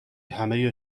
همه